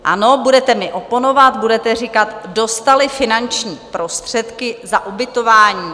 Ano, budete mi oponovat, budete říkat, dostali finanční prostředky za ubytování.